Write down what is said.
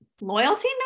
loyalty